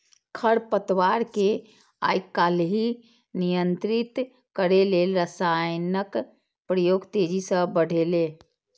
खरपतवार कें आइकाल्हि नियंत्रित करै लेल रसायनक प्रयोग तेजी सं बढ़लैए